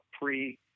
pre